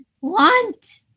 want